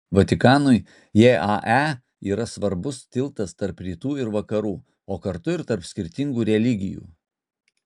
vatikanui jae yra svarbus tiltas tarp rytų ir vakarų o kartu ir tarp skirtingų religijų